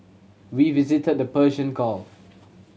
we visited the Persian Gulf